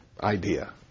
idea